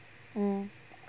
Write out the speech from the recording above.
mm